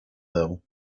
though